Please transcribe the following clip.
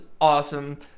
awesome